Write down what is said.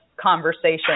conversation